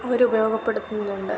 അവർ ഉപയോഗപ്പെടുത്തുന്നുണ്ട്